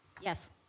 Yes